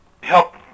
help